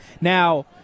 Now